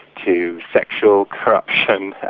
to sexual corruption,